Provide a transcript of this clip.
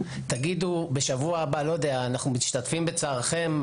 תגידו: אנחנו משתתפים בצערכם.